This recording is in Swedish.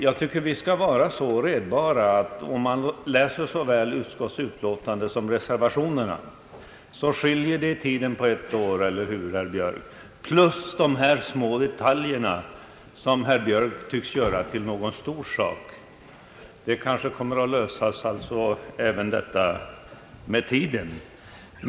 som reservationer — och så redbar tycker jag att man skall vara så finner man att det skiljer i tid på ett år — eller hur, herr Björk? — plus de här små detaljerna som herr Björk tycks vilja göra till en stor sak. Men även dessa frågor kanske löser sig med tiden.